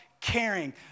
caring